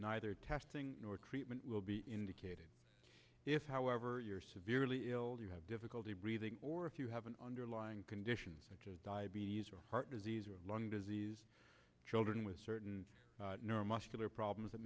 neither testing or treatment will be indicated if however you're severely ill you have difficulty breathing or if you have an underlying conditions such as diabetes or heart disease or lung disease children with certain neuro muscular problems